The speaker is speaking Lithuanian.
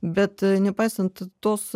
bet nepaisant tos